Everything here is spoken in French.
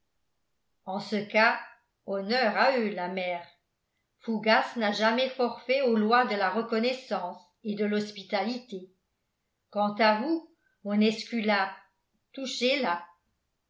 en ce cas honneur à eux la mère fougas n'a jamais forfait aux lois de la reconnaissance et de l'hospitalité quant à vous mon esculape touchez là